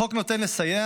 החוק נועד לסייע,